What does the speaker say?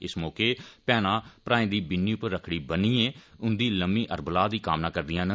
इस मौके मैहना भ्राएं दी बीनी पर रक्खड़ी बन्निएं उन्दी लम्मी अरबला दी कामना करदियां न